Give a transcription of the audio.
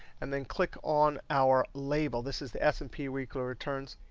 and then click on our label. this is the s and p weekly returns.